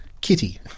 Kitty